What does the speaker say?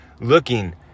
looking